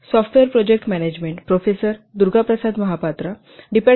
शुभ दुपार